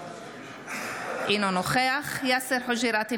אינו נוכח יאסר חוג'יראת,